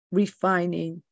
refining